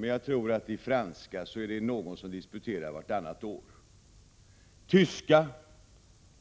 Jag tror dock att när det gäller franska så disputerar någon vartannat år. När det gäller tyska